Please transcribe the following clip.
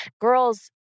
girls